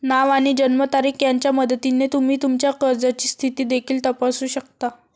नाव आणि जन्मतारीख यांच्या मदतीने तुम्ही तुमच्या कर्जाची स्थिती देखील तपासू शकता